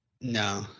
No